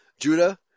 Judah